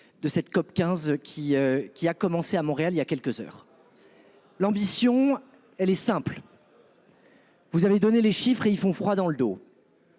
De cette COP15 qui, qui a commencé à Montréal. Il y a quelques heures.-- L'ambition, elle est simple.-- Vous avez donné les chiffres et ils font froid dans le dos.--